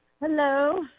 Hello